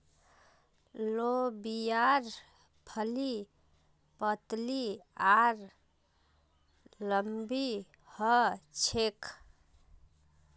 लोबियार फली पतली आर लम्बी ह छेक